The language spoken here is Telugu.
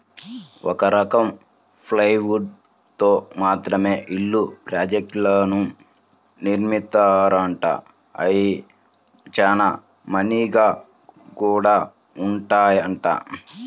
ఒక రకం ప్లైవుడ్ తో మాత్రమే ఇళ్ళ ప్రాజెక్టులను నిర్మిత్తారంట, అయ్యి చానా మన్నిగ్గా గూడా ఉంటాయంట